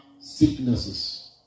sicknesses